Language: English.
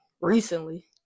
recently